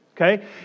Okay